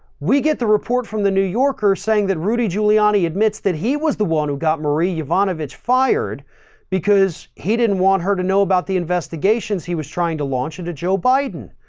we get the report from the new yorker saying that rudy giuliani admits that he was the one who got marie yovanovitch fired because he didn't want her to know about the investigations he was trying to launch into joe biden.